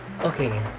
okay